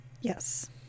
Yes